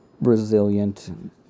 resilient